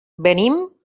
venim